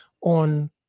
on